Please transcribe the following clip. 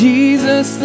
Jesus